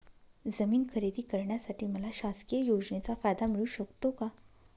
जमीन खरेदी करण्यासाठी मला शासकीय योजनेचा फायदा मिळू शकतो का?